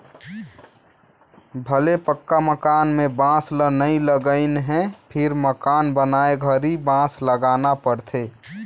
भले पक्का मकान में बांस ल नई लगईंन हे फिर मकान बनाए घरी बांस लगाना पड़थे